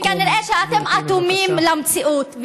וכנראה, אתם אטומים למציאות.